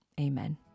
Amen